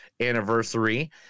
anniversary